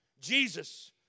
Jesus